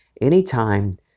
Anytime